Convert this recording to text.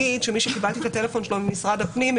שמי שקיבלתי את מספר הטלפון שלו ממשרד הפנים,